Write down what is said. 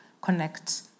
connect